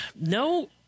no